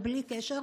בלי קשר,